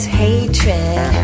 hatred